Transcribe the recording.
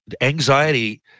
Anxiety